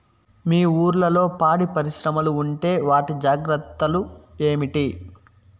మీ ఊర్లలో పాడి పరిశ్రమలు ఉంటే వాటి జాగ్రత్తలు ఏమిటి